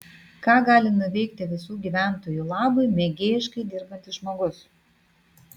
ką gali nuveikti visų gyventojų labui mėgėjiškai dirbantis žmogus